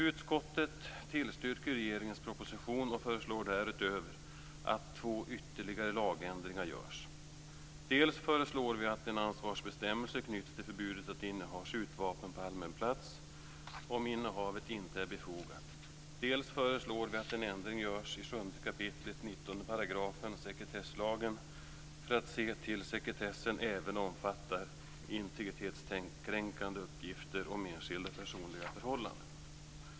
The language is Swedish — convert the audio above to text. Utskottet tillstyrker regeringens proposition och föreslår att ytterligare två lagändringar görs. Dels föreslår vi att en ansvarsbestämmelse knyts till förbudet att inneha skjutvapen på allmän plats om innehavet inte är befogat. Dels föreslår vi att en ändring görs i 7 kap. 19 § sekretesslagen för att se till att sekretessen även omfattar integritetskränkande uppgifter om enskilds personliga förhållanden.